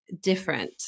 different